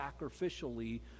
sacrificially